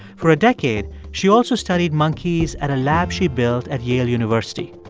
for a decade, she also studied monkeys at a lab she built at yale university.